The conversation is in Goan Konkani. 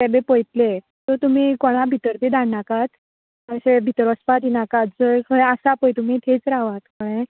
ते बी पयतले सो तुमी कोणा भितर बी धाडनाकात अशें भितर वचपा दिनाकात जंय खंय आसा पळय तुमी थंयच रावात कळ्ळें